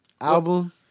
album